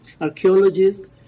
archaeologists